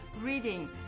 reading